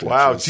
Wow